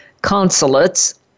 Consulates